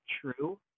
true